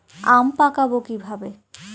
আম পাকাবো কিভাবে?